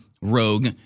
rogue